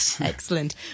Excellent